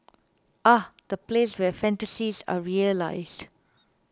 ah the place where fantasies are realised